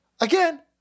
again